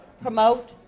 promote